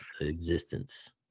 existence